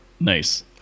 nice